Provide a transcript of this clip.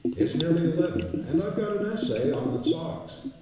it's nearly eleven and i've got an essay on the stocks.